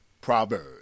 proverbs